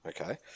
Okay